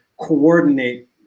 coordinate